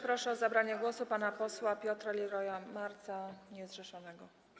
Proszę o zabranie głosu pana posła Piotra Liroya-Marca, niezrzeszonego.